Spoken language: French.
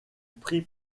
prix